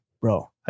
Bro